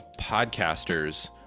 podcasters